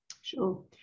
Sure